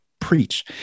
Preach